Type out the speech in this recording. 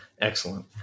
Excellent